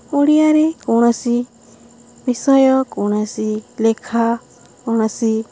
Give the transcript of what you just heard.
ଓଡ଼ିଆରେ କୌଣସି ବିଷୟ କୌଣସି ଲେଖା କୌଣସି